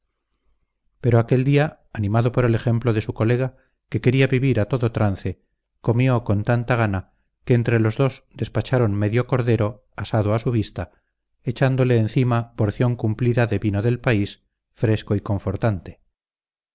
pero aquel día animado por el ejemplo de su colega que quería vivir a todo trance comió con tanta gana que entre los dos despacharon medio cordero asado a su vista echándole encima porción cumplida de vino del país fresco y confortante